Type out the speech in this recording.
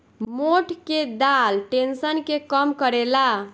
मोठ के दाल टेंशन के कम करेला